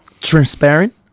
transparent